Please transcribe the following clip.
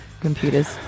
computers